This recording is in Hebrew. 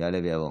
יעלה ויבוא.